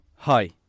Hi